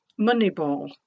Moneyball